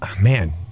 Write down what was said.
man